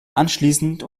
anschließend